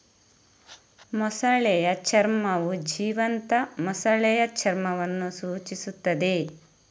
ಮೊಸಳೆಯ ಚರ್ಮವು ಜೀವಂತ ಮೊಸಳೆಯ ಚರ್ಮವನ್ನು ಸೂಚಿಸುತ್ತದೆ